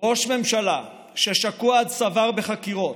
"ראש ממשלה ששקוע עד צוואר בחקירות,